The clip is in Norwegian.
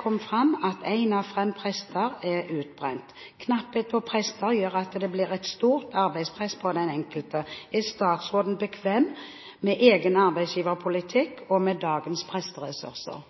kom frem at én av fem prester er utbrent. Knapphet på prester gjør at det blir et stort arbeidspress på den enkelte. Er statsråden bekvem med egen arbeidsgiverpolitikk og med dagens presteressurser?»